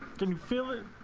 can fill in